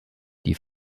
die